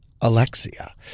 Alexia